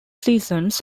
seasons